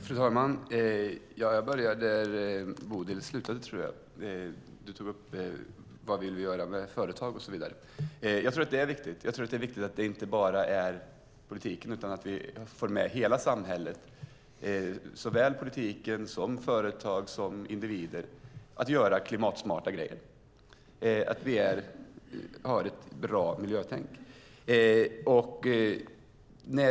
Fru talman! Jag börjar där Bodil Ceballos slutade. Du frågade vad vi vill göra med företag och så vidare. Jag tror att det är viktigt. Det är viktigt att det inte bara handlar om politiken utan att vi får med hela samhället, politiken, företag och individer, för att göra klimatsmarta saker och att vi har ett bra miljötänk.